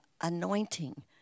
anointing